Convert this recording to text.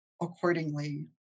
accordingly